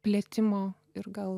plėtimo ir gal